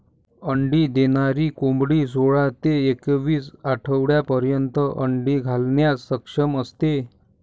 अंडी देणारी कोंबडी सोळा ते एकवीस आठवड्यांपर्यंत अंडी घालण्यास सक्षम असते